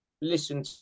listen